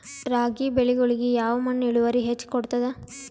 ರಾಗಿ ಬೆಳಿಗೊಳಿಗಿ ಯಾವ ಮಣ್ಣು ಇಳುವರಿ ಹೆಚ್ ಕೊಡ್ತದ?